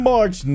March